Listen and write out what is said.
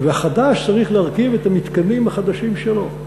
והחדש צריך להרכיב את המתקנים שלו,